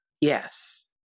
yes